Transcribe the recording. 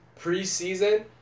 Preseason